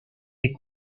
est